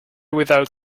without